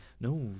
No